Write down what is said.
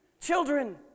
children